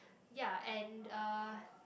ya and uh